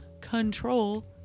control